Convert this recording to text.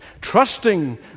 trusting